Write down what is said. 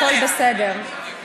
הכול בסדר.